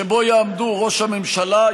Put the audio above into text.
שבו יעמדו ראש הממשלה,